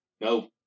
No